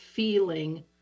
Feeling